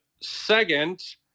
second